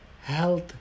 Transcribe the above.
health